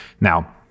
Now